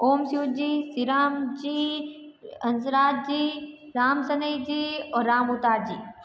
ओम शिव जी सी राम जी हंसराज जी राम सनेही जी और राम उदार जी